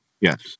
Yes